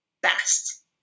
best